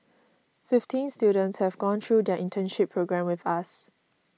fifteen students have gone through their internship programme with us